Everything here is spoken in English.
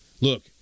Look